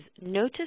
notice